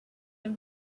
have